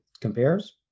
compares